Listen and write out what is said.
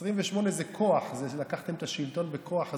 28 זה כוח, לקחתם את השלטון בכוח הזרוע.